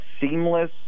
seamless